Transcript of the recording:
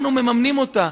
אנחנו מממנים אותה,